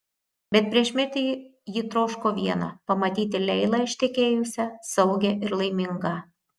bet prieš mirtį ji troško viena pamatyti leilą ištekėjusią saugią ir laimingą